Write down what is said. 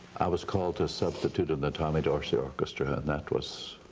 i was called to substitute in the tommy dorsey orchestra and that was,